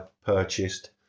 purchased